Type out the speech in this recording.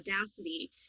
audacity